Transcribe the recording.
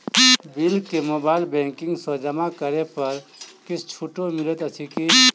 Bill केँ mobile banking सँ जमा करै पर किछ छुटो मिलैत अछि की?